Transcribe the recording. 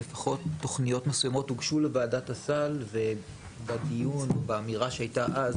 תוכניות מסוימות הוגשו לוועדת הסל והאמירה שהייתה אז,